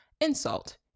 insult